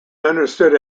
understood